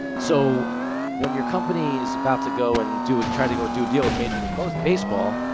so when your company is about to go and do it, try to go do deal with major league, both baseball,